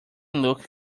looking